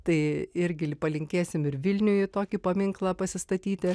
tai irgi li palinkėsim ir vilniui tokį paminklą pasistatyti